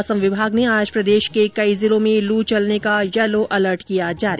मौसम विभाग ने आज प्रदेश के कई जिलों में लू चलने का येलो अलर्ट किया जारी